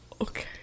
Okay